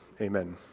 Amen